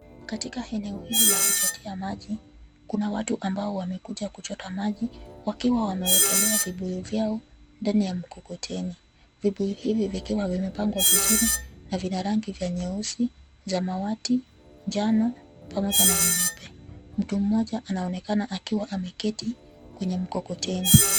Katika eneo hili la kuchotea maji, kuna watu ambao wamekuja kuchota maji wakiwa wamewekelea vibuyu yao ndani ya mkokoteni. Vibuyu hivi vikiwa vimepangwa vizuri na vina rangi vya nyeusi, samawati, njano pamoja na nyeupe. Mtu mmoja anaonekana akiwa ameketi kwenye mkokoteni.